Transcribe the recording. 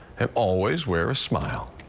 and always wear a smile.